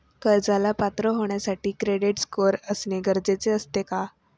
कर्जाला पात्र होण्यासाठी क्रेडिट स्कोअर असणे गरजेचे असते का?